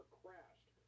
crashed